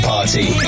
Party